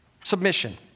Submission